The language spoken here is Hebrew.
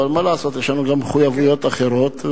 אבל יש לנו גם מחויבויות אחרות,